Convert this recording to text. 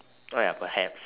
oh ya perhaps